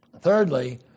Thirdly